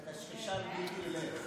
אתה קשקשן בלתי נלאה.